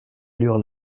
allure